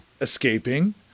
Escaping